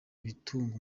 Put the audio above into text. ibitunga